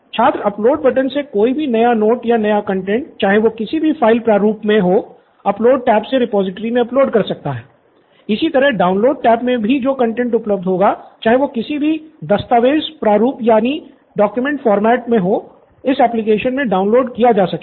छात्र upload button से कोई भी नया नोट या नया कंटैंट चाहे वो किसी भी फ़ाइल प्रारूप मे हो अपलोड टैब से रिपॉजिटरी मे अपलोड कर सकता है इसी तरह से डाउनलोड टैब में जो भी कंटैंट उपलब्ध होगा चाहे वो किसी भी दस्तावेज़ प्रारूप मे हो इस एप्लिकेशन में डाउनलोड किया जा सकेगा